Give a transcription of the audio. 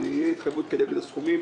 תהיה התחייבות כנגד הסכומים.